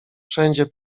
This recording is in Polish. wszędzie